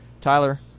Tyler